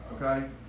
okay